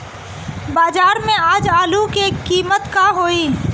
बाजार में आज आलू के कीमत का होई?